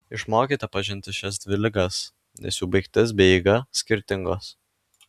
išmokite pažinti šias dvi ligas nes jų baigtis bei eiga skirtingos